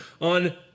on